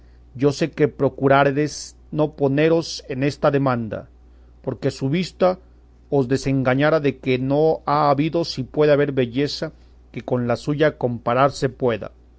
yo sé que procurárades no poneros en esta demanda porque su vista os desengañara de que no ha habido ni puede haber belleza que con la suya comparar se pueda